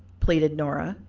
pleaded nora,